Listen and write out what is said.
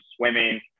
swimming